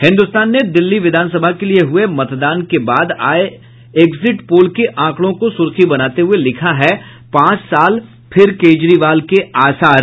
हिन्दुस्तान ने दिल्ली विधानसभा के लिये हुये मतदान के बाद आये एक्जिट पोल के आंकड़ों को सुर्खी बनाते हुये लिखा है पांच साल फिर केजरीवाल के आसार